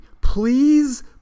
Please